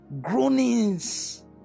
groanings